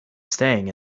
staying